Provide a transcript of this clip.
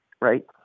right